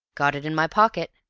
got it in my pocket.